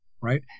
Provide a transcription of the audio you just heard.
right